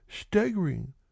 Staggering